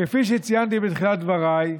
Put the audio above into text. כפי שציינתי בתחילת דבריי,